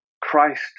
Christ